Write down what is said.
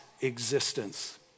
existence